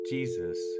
Jesus